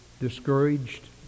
discouraged